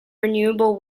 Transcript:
renewable